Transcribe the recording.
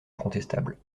incontestable